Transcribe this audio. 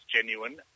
genuine